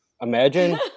Imagine